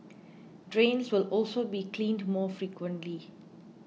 drains will also be cleaned more frequently